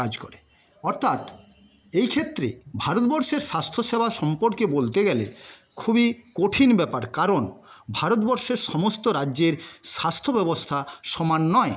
কাজ করে অর্থাৎ এই ক্ষেত্রে ভারতবর্ষের স্বাস্থ্য সেবা সম্পর্কে বলতে গেলে খুবই কঠিন ব্যপার কারণ ভারতবর্ষের সমস্ত রাজ্যের স্বাস্থ্যব্যবস্থা সমান নয়